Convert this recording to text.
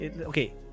Okay